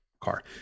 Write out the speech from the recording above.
car